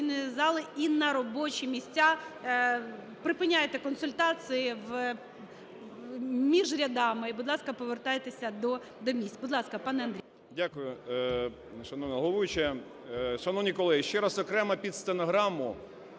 зали і на робочі місця, припиняйте консультації між рядами і, будь ласка, повертайтеся до місць. Будь ласка, пане Андрій. 10:20:00 КОЖЕМ’ЯКІН А.А. Дякую. Шановна головуюча, шановні колеги, ще раз окремо під стенограму